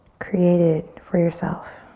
created for yourself.